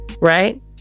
Right